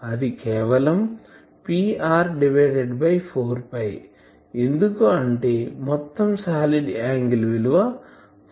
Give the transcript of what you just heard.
అది కేవలం Pr 4 ఎందుకు అంటే మొత్తం సాలిడ్ యాంగిల్ విలువ 4